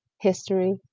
History